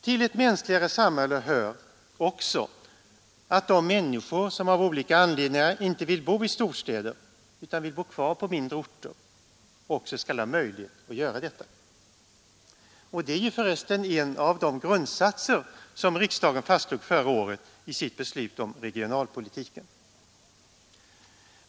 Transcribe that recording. Till ett mänskligare samhälle hör att de människor som av olika anledningar inte vill bo i storstäder utan vill bo kvar på mindre orter också skall ha möjlighet att göra detta. Det är ju förresten en av de grundsatser som riksdagen fastslog förra året i sitt beslut om regionalpolitiken.